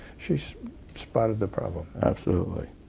she spotted the problem. absolutely.